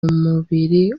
mubiri